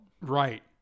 Right